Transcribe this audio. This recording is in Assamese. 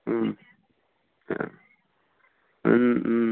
আ